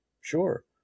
sure